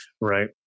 Right